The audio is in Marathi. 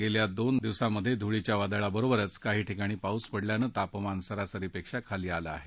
गेल्या दोन दिवसात धुळीच्या वादळाबरोबरच काही ठिकाणी पाऊस पडल्यानं तापमान सरसरीपेक्षा खाली आलं आहे